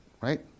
right